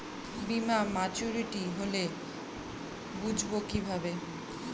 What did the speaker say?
বীমা মাচুরিটি হলে বুঝবো কিভাবে?